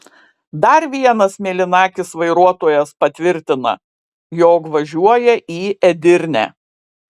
dar vienas mėlynakis vairuotojas patvirtina jog važiuoja į edirnę